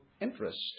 interest